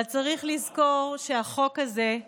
אבל צריך לזכור שהחוק הזה,